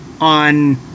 on